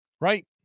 right